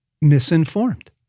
misinformed